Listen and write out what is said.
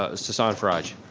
ah sasan faraj.